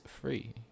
free